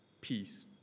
peace